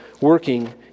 working